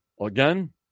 again